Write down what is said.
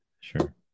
Sure